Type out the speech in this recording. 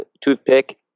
toothpick